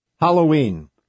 Halloween